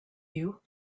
you